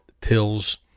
pills